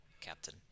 captain